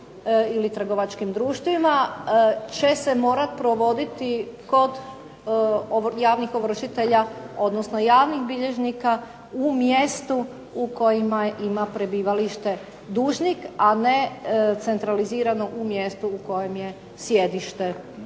ili trgovačkim društvima će se morati provoditi kod javnih ovršitelja, odnosno javnih bilježnika u mjestu u kojima ima prebivalište dužnik, a ne centralizirano u mjestu u kojem je sjedište vjerovnika.